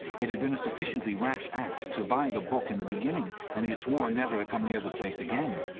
it had been a sufficiently rash act to buy the book in the beginning, and he had sworn never to come near the place again.